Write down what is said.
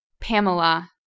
Pamela